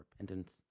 repentance